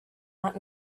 out